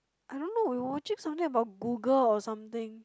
I don't know we were watching something about Google or something